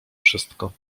wszystko